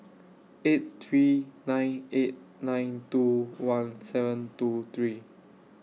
eight three nine eight nine two one seven two three